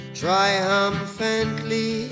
triumphantly